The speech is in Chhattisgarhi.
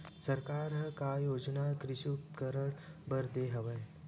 सरकार ह का का योजना कृषि उपकरण बर दे हवय?